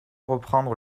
reprendre